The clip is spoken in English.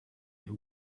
who